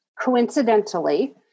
coincidentally